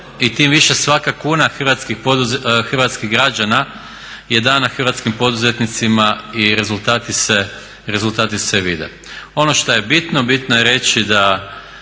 i tim više svaka kuna hrvatskih građana je dana hrvatskim poduzetnicima i rezultati se vide. Ono što je bitno, bitno je reći da